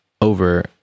over